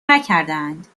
نکردهاند